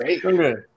Great